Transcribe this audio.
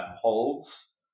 holds